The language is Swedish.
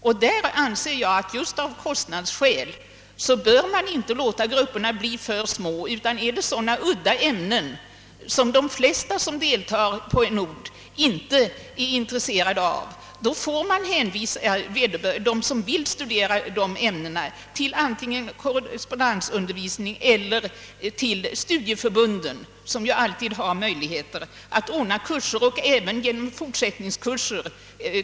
Därför anser jag att man av kostnadsskäl inte bör låta grupperna bli för små. Gäller det sådana udda ämnen, som de flesta studerande på orten inte är intresserade av, får man hänvisa dem som vill studera ifrågavarande ämnen antingen till korrespondensundervisning eller till studieförbunden, som alltid har möjligheter att ordna kurser, även längre fortsättningskurser.